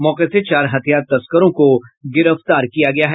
मौके से चार हथियार तस्करों को गिरफ्तार किया गया है